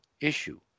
issue